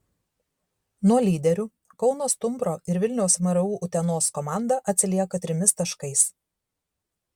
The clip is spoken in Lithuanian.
nuo lyderių kauno stumbro ir vilniaus mru utenos komanda atsilieka trimis taškais